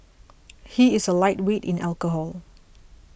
he is a lightweight in alcohol